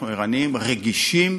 אנחנו ערניים, רגישים